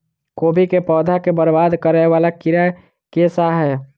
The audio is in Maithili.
कोबी केँ पौधा केँ बरबाद करे वला कीड़ा केँ सा है?